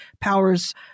powers